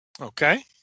okay